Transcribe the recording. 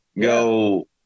go